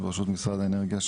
בראשות משרד האנרגיה,